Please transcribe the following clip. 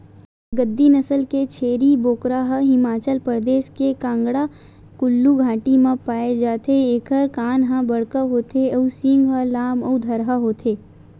गद्दी नसल के छेरी बोकरा ह हिमाचल परदेस के कांगडा कुल्लू घाटी म पाए जाथे एखर कान ह बड़का होथे अउ सींग ह लाम अउ धरहा होथे